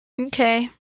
Okay